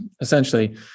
essentially